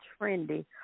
trendy